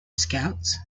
scouts